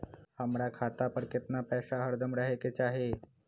हमरा खाता पर केतना पैसा हरदम रहे के चाहि?